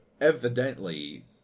evidently